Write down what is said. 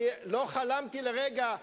אני לא חלמתי לרגע,